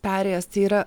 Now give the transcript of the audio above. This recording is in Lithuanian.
perėjas tai yra